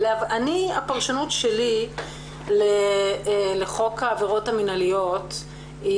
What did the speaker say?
אני, הפרשנות שלי לחוק העברות המינהליות,